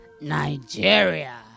Nigeria